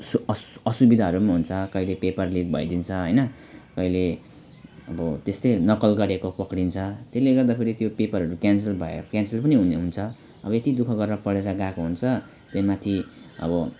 सु असु असुविधाहरू पनि हुन्छ कहिले पेपर लिक भइदिन्छ हैन कहिले अब त्यस्तै नकल गरेको पक्डिन्छ त्यसले गर्दाखेरि त्यो पेपरहरू त्यहाँ क्यान्सल भयो क्यान्सल पनि हुने हुन्छ अब यति दुःख गरेर पढेर गएको हुन्छ त्यहीमाथि अब